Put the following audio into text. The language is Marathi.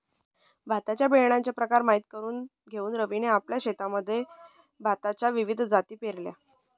भाताच्या बियाण्याचे प्रकार माहित करून घेऊन रवीने आपल्या शेतात भाताच्या विविध जाती पेरल्या